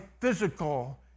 physical